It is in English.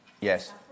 Yes